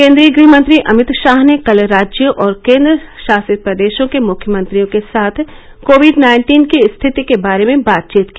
केन्द्रीय गृहमंत्री अमित शाह ने कल राज्यों और केन्द्र शासित प्रदेशों के मुख्यमंत्रियों के साथ कोविड नाइन्टीन की स्थिति के बारे में बातचीत की